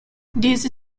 these